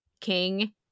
King